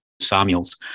Samuels